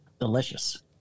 Delicious